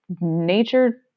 nature